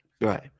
Right